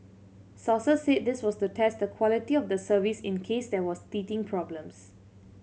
sources said this was to test the quality of the service in case there was teething problems